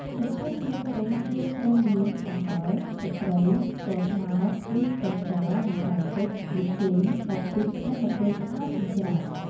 ចំពោះគ្រឿងទេស យើងត្រូវមាន អំបិល ទឹកត្រី ស្ករត្នោតឬស្ករស ម្សៅស៊ុប ប៊ីចេង កាពិ និងម្ទេសឆ្អើរចិញ្រ្ចាំ។